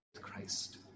Christ